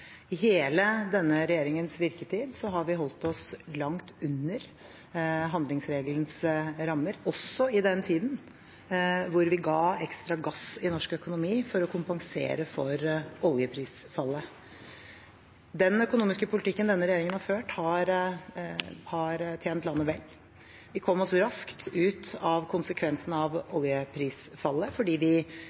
I hele denne regjeringens virketid har vi holdt oss langt under handlingsregelens rammer, også i den tiden hvor vi ga ekstra gass i norsk økonomi for å kompensere for oljeprisfallet. Den økonomiske politikken denne regjeringen har ført, har tjent landet vel. Vi kom oss raskt ut av konsekvensene av oljeprisfallet fordi vi